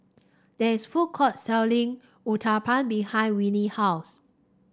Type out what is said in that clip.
there is a food court selling Uthapam behind Winnie house